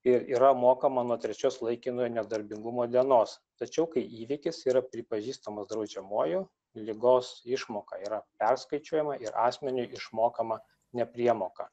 ir yra mokama nuo trečios laikinojo nedarbingumo dienos tačiau kai įvykis yra pripažįstamas draudžiamuoju ligos išmoka yra perskaičiuojama ir asmeniui išmokama nepriemoka